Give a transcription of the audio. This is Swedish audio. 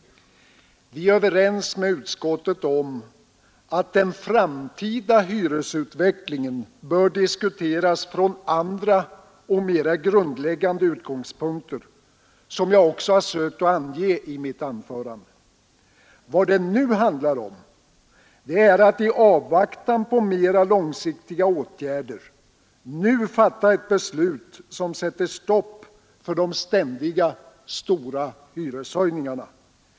Vi är överens med utskottet om att den framtida hyresutvecklingen bör diskuteras från andra och mera grundläggande utgångspunkter, som jag också sökt ange i mitt anförande. Vad det här handlar om är att i avvaktan på mera långsiktiga åtgärder nu fatta ett beslut som sätter stopp för de ständiga stora hyreshöjningarna.